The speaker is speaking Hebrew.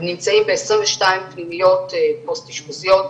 הם נמצאים ב-22 פנימיות פוסט אשפוזיות,